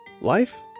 Life